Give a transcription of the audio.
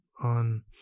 on